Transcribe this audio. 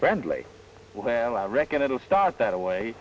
friendly well i reckon it'll start that away